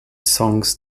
songs